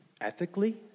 ethically